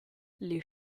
les